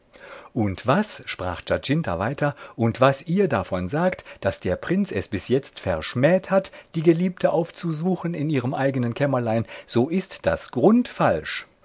und was sprach giacinta weiter und was ihr davon sagt daß der prinz es bis jetzt verschmäht hat die geliebte aufzusuchen in ihrem eigenen kämmerlein so ist das grundfalsch